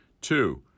Two